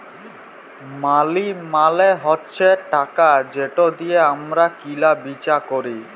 মালি মালে হছে টাকা যেট দিঁয়ে আমরা কিলা বিচা ক্যরি